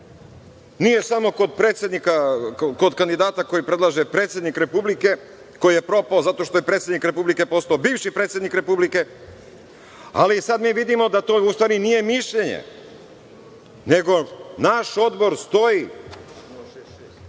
nije samo kod kandidata kojeg predlaže predsednik Republike, koji je propao zato što je predsednik Republike postao bivši predsednik Republike, ali mi sada vidimo da to u stvari nije mišljenje nego naš Odbor stoji